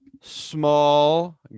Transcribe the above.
small